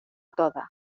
toda